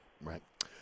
Right